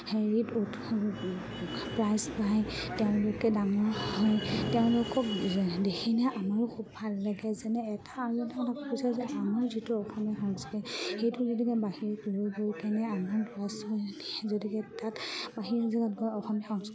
হেৰিত প্ৰাইজ পায় তেওঁলোকে ডাঙৰ হয় তেওঁলোকক দেখি নে আমাৰো খুব ভাল লাগে যেনে এটা আলোচনা কৰিছে যে আমাৰ যিটো অসমীয়া সংস্কৃতি সেইটো যেনেকৈ বাহিৰত লৈ গৈ কেনে আমাৰ প্ৰসাৰ গতিকে তাত বাহিৰ জেগাত গৈ অসমীয়া সংস্কৃতি